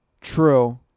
True